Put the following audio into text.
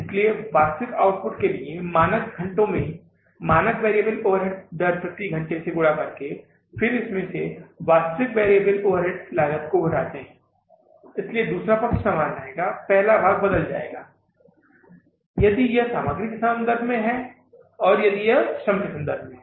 इसलिए वास्तविक आउटपुट के लिए मानक घंटों में मानक वेरिएबल ओवरहेड दर प्रति घंटे से गुणे करके फिर इसमें से वास्तविक वेरिएबल ओवरहेड लागत को घटाते है इसलिए दूसरा पक्ष समान रहेगा पहला भाग बदल जाएगा यदि यह सामग्री के संबंध में है और यदि यह श्रम के संबंध में है